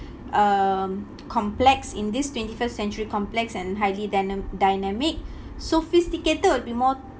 um complex in this twenty-first century complex and highly dyna~ dynamic sophisticated would be more